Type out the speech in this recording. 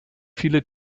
viele